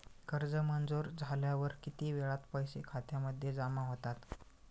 कर्ज मंजूर झाल्यावर किती वेळात पैसे खात्यामध्ये जमा होतात?